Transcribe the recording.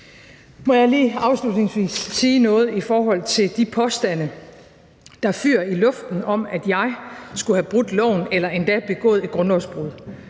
Må jeg lige afslutningsvis sige noget i forhold til de påstande, der fyger gennem luften, om, at jeg skulle have brudt loven eller endda begået et grundlovsbrud.